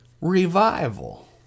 revival